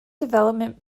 development